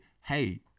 hey